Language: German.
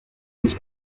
sich